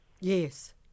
Yes